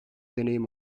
deneyim